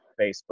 Facebook